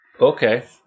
Okay